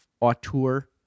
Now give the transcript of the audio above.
auteur